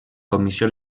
comissió